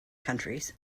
countries